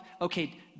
Okay